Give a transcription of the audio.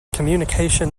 communication